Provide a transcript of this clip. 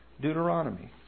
Deuteronomy